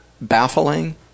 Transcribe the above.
baffling